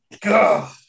God